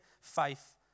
faith